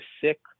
sick